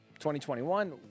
2021